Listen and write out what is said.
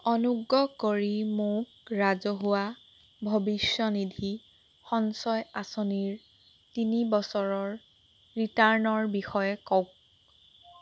অনুগ্ৰহ কৰি মোক ৰাজহুৱা ভৱিষ্যনিধি সঞ্চয় আঁচনিৰ তিনি বছৰৰ ৰিটাৰ্ণৰ বিষয়ে কওক